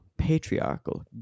patriarchal